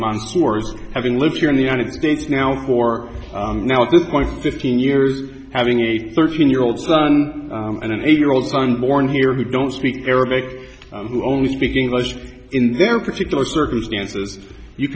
is having lived here in the united states now for now at the point fifteen years having a thirteen year old son and an eight year old son born here who don't speak arabic who only speak english in their particular circumstances you